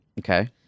Okay